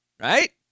right